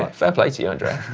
fair play to you, andrea.